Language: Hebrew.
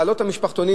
בעלות המשפחתונים,